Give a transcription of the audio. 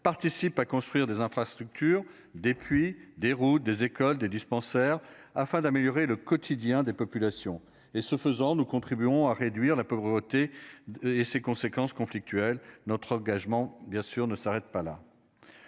participent à construire des infrastructures des puis des routes, des écoles des dispensaires afin d'améliorer le. Des populations et ce faisant, nous compris. Bon à réduire la pauvreté et ses conséquences conflictuel notre engagement bien sûr ne s'arrête pas là.